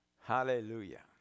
Hallelujah